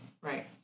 Right